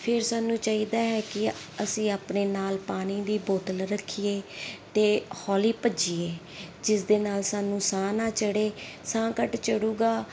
ਫਿਰ ਸਾਨੂੰ ਚਾਹੀਦਾ ਹੈ ਕਿ ਅਸੀਂ ਆਪਣੇ ਨਾਲ ਪਾਣੀ ਦੀ ਬੋਤਲ ਰੱਖੀਏ ਅਤੇ ਹੌਲੀ ਭੱਜੀਏ ਜਿਸ ਦੇ ਨਾਲ ਸਾਨੂੰ ਸਾਹ ਨਾ ਚੜ੍ਹੇ ਸਾਹ ਘੱਟ ਚੜ੍ਹੇਗਾ